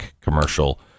commercial